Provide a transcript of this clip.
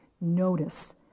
notice